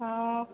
ହଁ